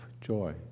joy